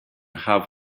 have